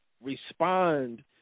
respond